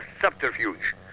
subterfuge